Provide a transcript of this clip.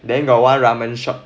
then got one ramen shop